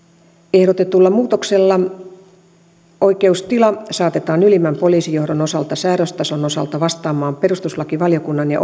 ehdotetulla muutoksella oikeustila saatetaan ylimmän poliisijohdon osalta säädöstason osalta vastaamaan perustuslakivaliokunnan ja